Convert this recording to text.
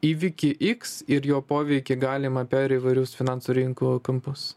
įvykį x ir jo poveikį galimą per įvairius finansų rinkų kampus